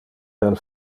del